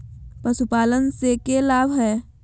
पशुपालन से के लाभ हय?